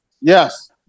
Yes